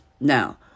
Now